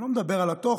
אני לא מדבר על התוכן,